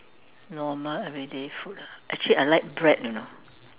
normal everyday food ah actually I like bread you know